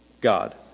God